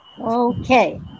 Okay